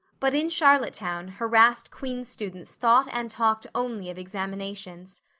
but in charlottetown harassed queen's students thought and talked only of examinations.